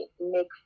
make